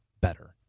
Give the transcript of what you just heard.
better